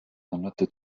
hunderte